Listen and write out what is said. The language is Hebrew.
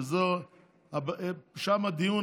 ששם הדיון,